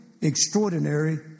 extraordinary